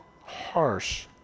harsh